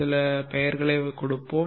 சில பெயர்களைக் கொடுப்போம்